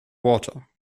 water